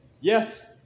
Yes